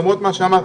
למרות מה שאמרת,